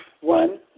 one